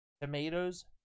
tomatoes